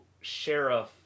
sheriff